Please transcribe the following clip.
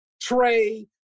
Trey